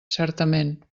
certament